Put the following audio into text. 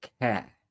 care